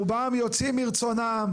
רובם יוצאים מרצונם,